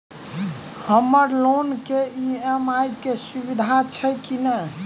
हम्मर लोन केँ ई.एम.आई केँ सुविधा छैय की नै?